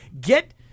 get